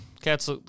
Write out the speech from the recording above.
cats